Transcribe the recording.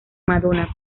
madonna